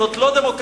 זאת לא דמוקרטיה.